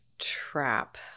Trap